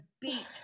beat